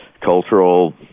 cultural